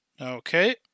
Okay